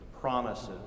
promises